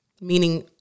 meaning